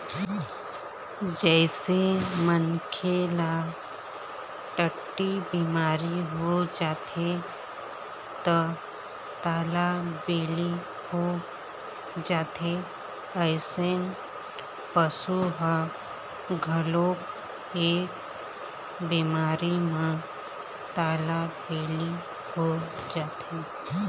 जइसे मनखे ल टट्टी बिमारी हो जाथे त तालाबेली हो जाथे अइसने पशु ह घलोक ए बिमारी म तालाबेली हो जाथे